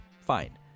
fine